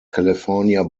california